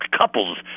couples